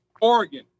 Oregon